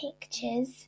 pictures